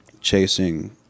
chasing